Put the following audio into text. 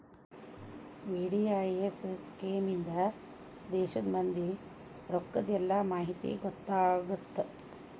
VDIS scheme ಇಂದಾ ದೇಶದ್ ಮಂದಿ ರೊಕ್ಕದ್ ಎಲ್ಲಾ ಮಾಹಿತಿ ಗೊತ್ತಾಗತ್ತ